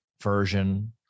version